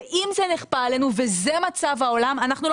ואם זה נכפה עלינו וזה מצב העולם אנחנו לא